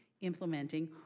implementing